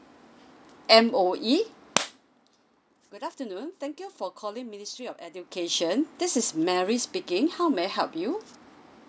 M_O_E good afternoon thank you for calling ministry of education this is mary speaking how may I help you